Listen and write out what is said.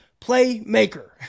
playmaker